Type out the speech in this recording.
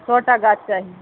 सएटा गाछ चाही